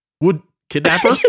would-kidnapper